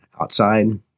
outside